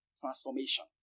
transformation